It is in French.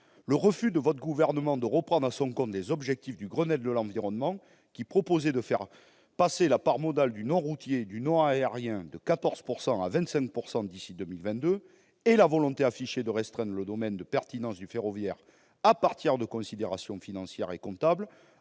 Le refus du Gouvernement de reprendre à son compte des objectifs du Grenelle de l'environnement, qui proposait de faire passer la part modale du non-routier et du non-aérien de 14 % à 25 % d'ici à 2022, et la volonté affichée de restreindre le domaine de pertinence du ferroviaire à partir de considérations financières et comptables